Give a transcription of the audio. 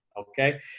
Okay